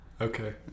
okay